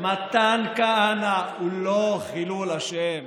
מתן כהנא הוא לא חילול השם.